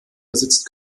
besitzt